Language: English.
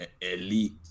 elite